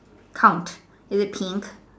count is it pink